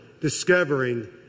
discovering